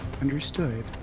Understood